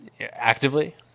Actively